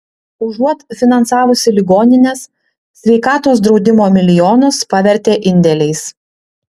užuot finansavusi ligonines sveikatos draudimo milijonus pavertė indėliais